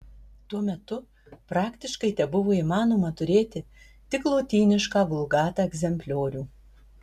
tuo metu praktiškai tebuvo įmanoma turėti tik lotynišką vulgata egzempliorių